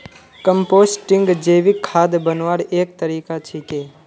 composting जैविक खाद बन्वार एक तरीका छे